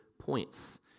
points